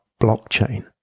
blockchain